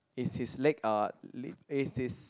is his leg uh is his